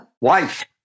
wife